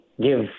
give